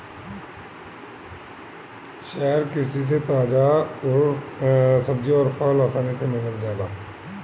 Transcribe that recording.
शहरी कृषि से ताजा सब्जी अउर फल आसानी से मिल जाला